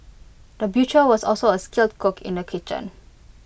the butcher was also A skilled cook in the kitchen